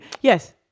Yes